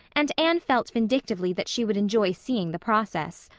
and anne felt vindictively that she would enjoy seeing the process.